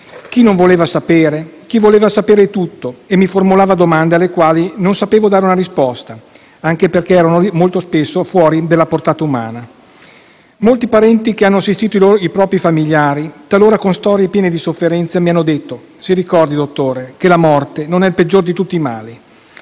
chi non voleva sapere, chi voleva sapere tutto e mi formulava domande alle quali non sapevo dare una risposta, anche perché erano spesso fuori della portata umana. Molti parenti che hanno assistito i propri familiari, talora con storie piene di sofferenza, mi hanno detto: «Si ricordi, dottore, che la morte non è il peggiore di tutti i mali».